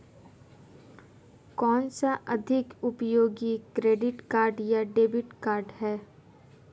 कौनसा अधिक उपयोगी क्रेडिट कार्ड या डेबिट कार्ड है?